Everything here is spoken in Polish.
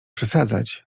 przesadzać